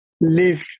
live